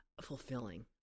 Fulfilling